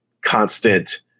constant